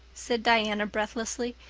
said diana breathlessly.